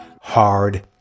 hard